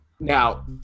Now